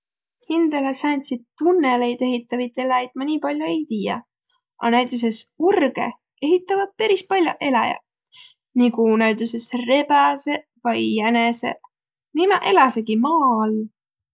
Hindäle sääntsit tunnõliid ehitävit eläjit ma nii pall'o ei tiiäq. A näütüses urgõ ehitävät peris pall'oq eläjäq, nigu näütüses rebäseq vai jäneseq. Nimäq eläsegiq maa all.